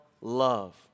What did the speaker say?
love